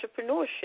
entrepreneurship